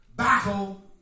battle